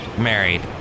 married